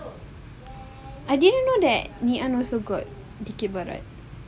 I didn't know that ngee ann also got dikir barat